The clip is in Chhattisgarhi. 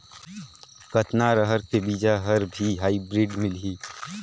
कतना रहर के बीजा हर भी हाईब्रिड मिलही?